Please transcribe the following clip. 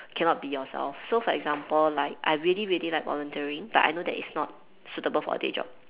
cannot be yourself so for example like I really really like volunteering but I know that it's not suitable for a day job